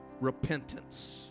repentance